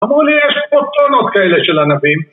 ‫אמרו לי פה טונות כאלה של ענבים.